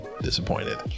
disappointed